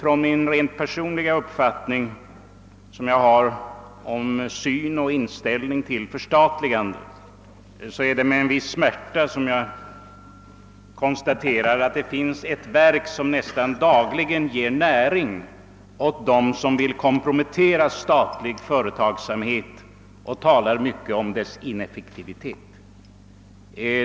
Med min personliga inställning till förstatligande är det med en viss smärta jag konstaterar att det finns ett verk, som nästan dagligen ger näring åt dem som vill kompromettera statlig företagsamhet och talar mycket om dess ineffektivitet.